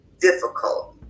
difficult